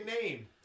name